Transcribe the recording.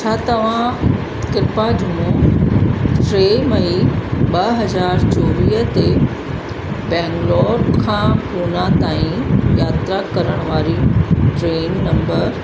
छा तव्हां कृपा जुमो टे मई ॿ हज़ार चोवीह ते बैंगलोर खां पूणे ताईं यात्रा करण वारी ट्रेन नंबर